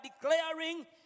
declaring